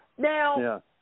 Now